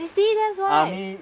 you see that's why